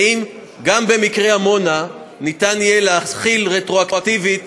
האם גם במקרה עמונה אפשר יהיה להחיל רטרואקטיבית